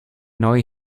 neue